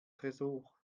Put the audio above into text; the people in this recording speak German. tresor